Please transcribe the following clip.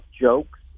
jokes